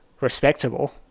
respectable